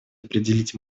определить